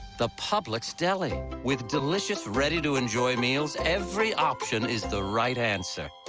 the publix deli. with delicious, ready to enjoy meals. every option is the right answer.